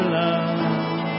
love